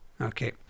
okay